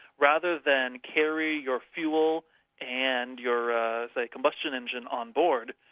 rather than carry your fuel and your say combustion engine on board,